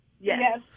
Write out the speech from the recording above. Yes